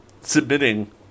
submitting